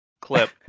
clip